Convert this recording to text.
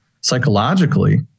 psychologically